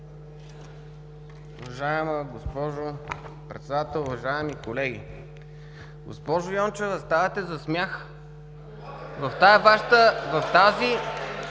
Уважаема госпожо Председател, уважаеми колеги! Госпожо Йончева, ставате за смях.